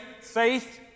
faith